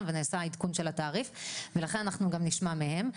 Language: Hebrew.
ושנעשה עדכון של התעריף ולכן אנחנו גם נשמע מהם.